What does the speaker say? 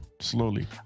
slowly